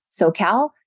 SoCal